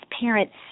parents